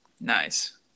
Nice